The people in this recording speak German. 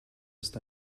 ist